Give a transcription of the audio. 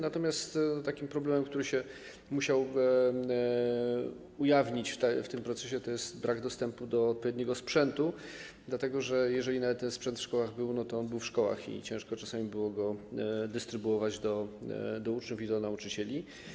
Natomiast problem, który musiał się ujawnić w tym procesie, to brak dostępu do odpowiedniego sprzętu, dlatego że jeżeli nawet ten sprzęt w szkołach był, to on był w szkołach i ciężko czasami było go dystrybuować do uczniów i do nauczycieli.